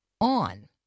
on